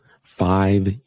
Five